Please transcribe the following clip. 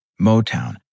Motown